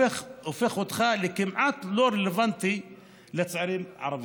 נהפכים לכמעט לא רלוונטיים לצעירים ערבים.